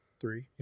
Three